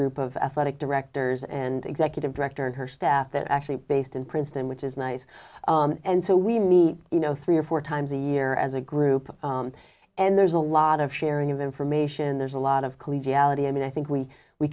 group of athletic directors and executive director and her staff is actually based in princeton which is nice and so we meet you know three or four times a year as a group and there's a lot of sharing of information there's a lot of collegiality and i think we we